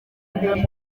mbere